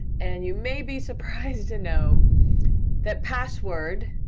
and you may be surprised to know that password,